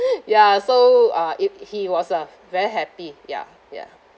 ya so uh it he was uh very happy ya ya